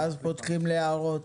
ואז פותחים להערות.